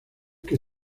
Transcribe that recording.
que